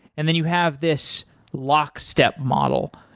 and then you have this lockstep model.